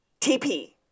TP